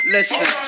Listen